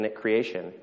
creation